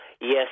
Yes